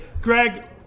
Greg